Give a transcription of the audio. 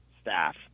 staff